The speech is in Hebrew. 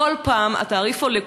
וכל פעם התעריף עולה.